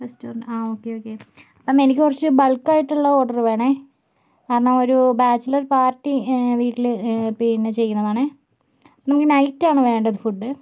restaurant ആ okay okay അപ്പോൾ എനിക്ക് കുറച്ച് ബൾക്ക് ആയിട്ട് ഉള്ള ഓർഡർ വേണേൽ കാരണം ഒരു ബാച്ലർ പാർട്ടി വീട്ടിൽ പിന്നെ ചെയ്യുന്നത് ആണേ നൈറ്റ് ആണ് വേണ്ടത് ഫുഡ്